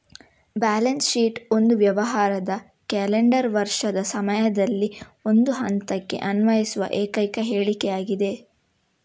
balance sheet ಒಂದು ವ್ಯವಹಾರದ calendar ವರ್ಷದ ಸಮಯದಲ್ಲಿ ಒಂದು ಹಂತಕ್ಕೆ ಅನ್ವಯಿಸುವ ಏಕೈಕ ಹೇಳಿಕೆಯಾಗಿದೆ